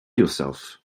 yourself